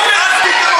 מי אתה בכלל?